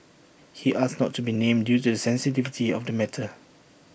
he asked not to be named due to the sensitivity of the matter